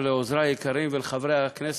לעוזרי היקרים ולחברי הכנסת,